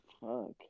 Fuck